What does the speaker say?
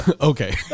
Okay